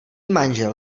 manžel